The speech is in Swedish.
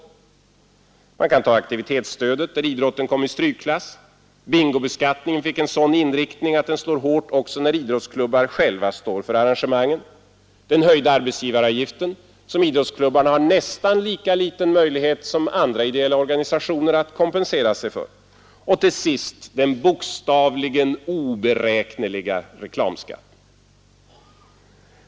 Jag kan bara nämna Dp RR oe aktivitetsstödet med idrotten i strykkla bingobeskattningen med en ir onomiska sådan inriktning att den i när idrottsklubbar S politiken m.m. slår hårt oc arrangemangen, den höjda arbetsgivaravgiften för vilken idrottsklubbar lika litet som andra ideella organisationer kan kompensera sig och till sist den bokstavligen oberäkneliga reklamskatten.